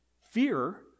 fear